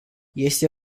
este